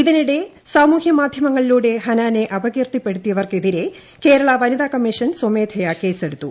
ഇതിനിടെ സാമൂഹ്യ മാധ്യമങ്ങളിലൂടെ ഹനാനെ അപകീർത്തിപ്പെടുത്തിയവർക്കെതിരെ കേരള വനിതാ കമ്മീഷൻ സ്വമേധയ കേസെടുത്തു